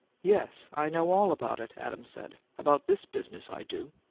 yes, i know all about it, adams said. about this business, i do.